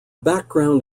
background